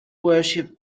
worship